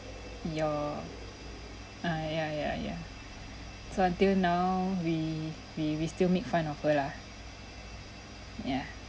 your err ya ya ya ya so until now we we we still make fun of her lah yeah